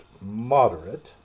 moderate